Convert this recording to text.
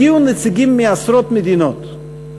הגיעו נציגים מעשרות מדינות,